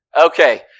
okay